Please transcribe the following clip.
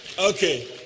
okay